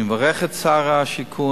אני מברך את שר השיכון,